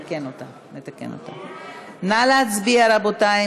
נא להצביע, רבותי.